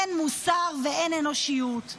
אין מוסר ואין אנושיות.